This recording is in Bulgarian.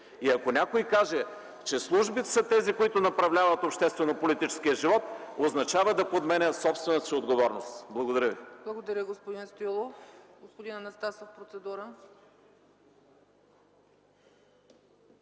и ако някой каже, че службите са тези, които направляват обществено-политическия живот, означава да подменя собствената си отговорност. Благодаря Ви.